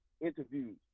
interviews